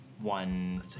one